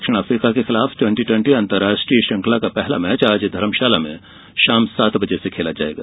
दक्षिण अफ्रीका के खिलाफ ट्वेंटी ट्वेंटी अंतर्राष्ट्रीय श्रृंखला का पहला मैच आज धर्मशाला में शाम सात बजे से खेला जाएगा